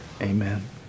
amen